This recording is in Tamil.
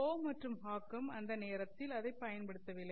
கோவ் மற்றும் ஹாவ்கம் அந்த நேரத்தில் அதை பயன்படுத்தவில்லை